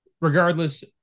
regardless